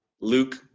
Luke